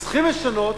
שצריכים לשנות